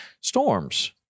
storms